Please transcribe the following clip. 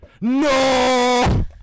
No